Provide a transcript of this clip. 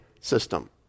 system